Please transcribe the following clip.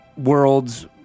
World's